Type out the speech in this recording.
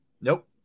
Nope